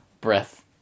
breath